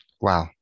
Wow